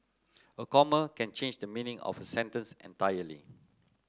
a comma can change the meaning of a sentence entirely